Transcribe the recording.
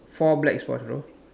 four black squash though